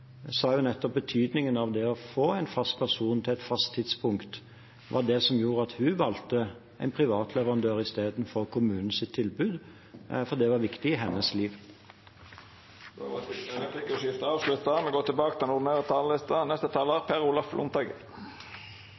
betydningen av det å få en fast person til et fast tidspunkt, var det som gjorde at hun valgte en privat leverandør istedenfor kommunens tilbud, for det var viktig i hennes liv.